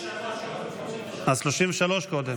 33 קודם.